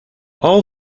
all